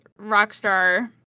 Rockstar